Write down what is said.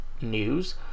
news